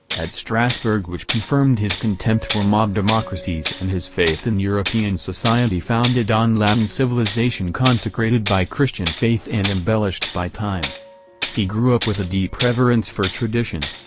at strassburg which confirmed his contempt for mob-democracies and his faith in, european society founded on latin civilization consecrated by christian faith and embellished by time he grew up with a deep reverence for tradition.